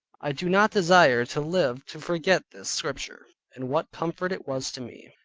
i do not desire to live to forget this scripture, and what comfort it was to me.